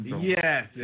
Yes